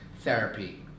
Therapy